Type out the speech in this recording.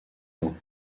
ans